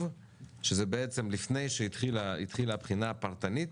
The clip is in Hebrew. שזה בעצם לפני שהתחילה הבחינה הפרטנית,